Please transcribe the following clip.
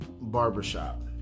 barbershop